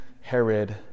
Herod